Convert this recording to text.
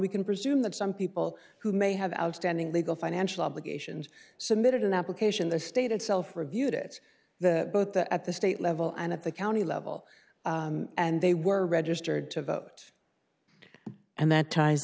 we can presume that some people who may have outstanding legal financial obligations submitted an application the state itself reviewed it both at the state level and at the county level and they were registered to vote and that ties